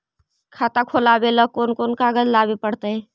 खाता खोलाबे ल कोन कोन कागज लाबे पड़तै?